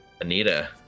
Anita